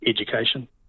education